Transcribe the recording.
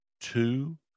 two